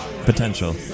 Potential